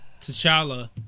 T'Challa